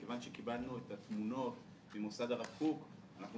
מכיוון שקיבלנו את התמונות ממוסד הרב קוק אנחנו